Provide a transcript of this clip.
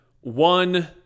one